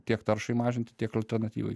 tiek taršai mažinti tiek alternatyvai